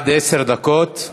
עד עשר דקות.